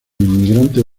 inmigrantes